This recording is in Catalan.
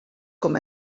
com